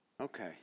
Okay